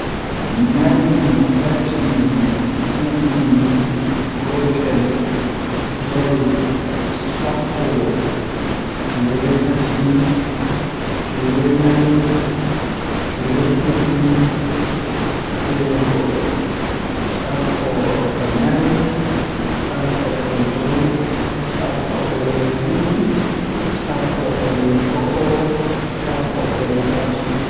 Naye, Tati, Didi, Gotel, Joye, Sappo, Jweetati, Jweenay, Jweedidi, Jeego, Sappo e nay, Sappo e joye, Sappo e didi, Sappo e go'o, Sappo e tati.